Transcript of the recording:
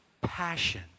passion